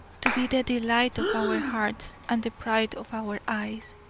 to be the delight of our hearts and the pride of our eyes,